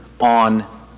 on